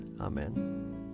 Amen